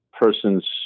person's